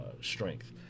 strength